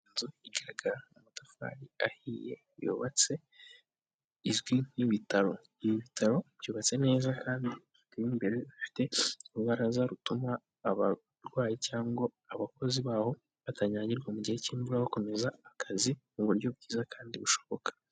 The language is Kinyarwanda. Inzu igaragara n' amatafari ahiye yubatse izwi nk'ibitaro ibi bitaro byubatse neza kandi'imbere bafite urubaraza rutuma abarwayi cyangwa abakozi baho batanyagirwa mu gihe cy'imvura bakomeza akazi mu buryo bwiza kandi bushoboka.